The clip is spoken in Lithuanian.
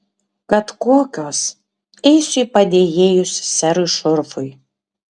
kad kokios eisiu į padėjėjus serui šurfui